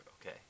Okay